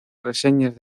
reseñas